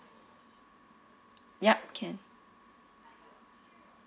yup can